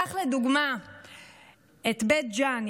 רק לדוגמה בבית ג'ן,